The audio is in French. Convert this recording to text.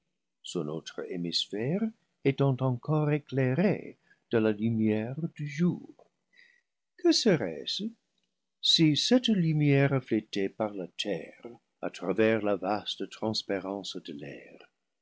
son autre hémisphère étant encore éclairé de la lumière du jour que serait-ce si cette lumière reflétée par la terre à travers la vaste transparence de l'air